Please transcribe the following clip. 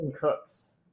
cooks